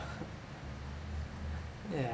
yeah